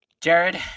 Jared